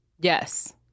Yes